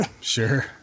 Sure